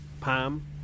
palm